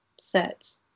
sets